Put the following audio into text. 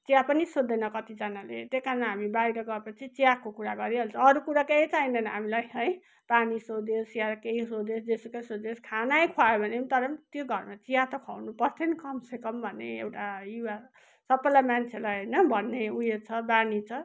चिया पनि सोध्दैन कतिजनाले त्यही कारण हामी बाहिर गएपछि चियाको कुरा गरिहाल्छ अरू कुरा केही चाहिँदैन हामीलाई है पानी सोध्यो चिया केही सोध्यो जे सुकै सोधोस् खानै खुवायो भने तर पनि त्यो घरमा चिया त खुवाउनु पर्थ्यो नि कमसेकम भन्ने एउटा युवा सबैलाई मान्छेलाई होइन भन्ने ऊ यो छ बानी छ